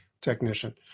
technician